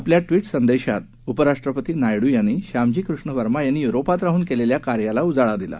आपल्या ट्वीट संदेशात उपराष्ट्रपती नायडू यांनी श्यामजी कृष्ण वर्मा यांनी युरोपात राहून केलेल्या कार्याला उजाळा दिला